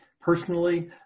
personally